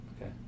Okay